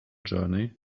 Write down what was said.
journey